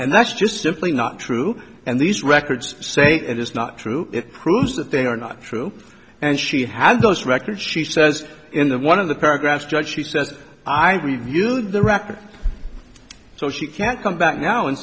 and that's just simply not true and these records say it is not true it proves that they are not true and she had those records she says in the one of the paragraphs judge she says i reviewed the record so she can't come back now and